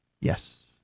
Yes